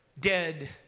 dead